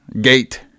gate